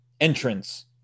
entrance